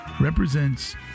represents